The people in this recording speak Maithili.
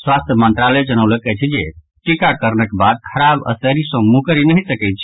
स्वास्थ्य मंत्रालय जनौलक अछि जे टीकाकरणक बाद खराब असरि सॅ मुकरि नहि सकैत छी